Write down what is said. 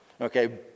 Okay